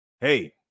hey